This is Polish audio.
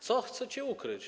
Co chcecie ukryć?